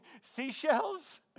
seashells